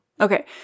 Okay